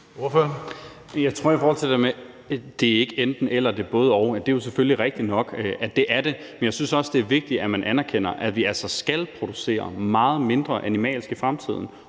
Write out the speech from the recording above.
Jeg tror, at jeg vil fortsætte med at sige, at det ikke er et enten-eller, men at det er et både-og. Det er selvfølgelig rigtigt nok, at det er det, men jeg synes også, det er vigtigt, at man anerkender, at vi altså skal producere meget mindre animalsk i fremtiden